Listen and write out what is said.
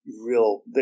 real